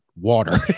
water